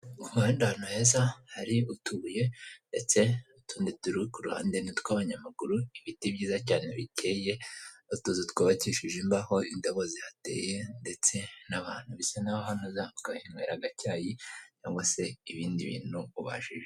Mu muhanda ahantu heza hari utubuye ndetse n'utundi turi ku ruhande, ni utw'abanyamaguru, ibiti byiza cyane biteye, utuzu twubakishije imbaho, indabo zihateye ndetse nabantu. Bisa n'aho waza ukahanywera agacyayi cyangwa se ibindi bintu ubashije.